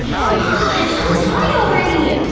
c'mon, untie already!